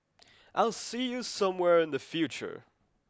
I'll see you somewhere in the future